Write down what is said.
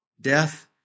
death